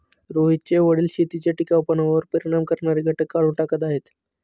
रोहितचे वडील शेतीच्या टिकाऊपणावर परिणाम करणारे घटक काढून टाकत आहेत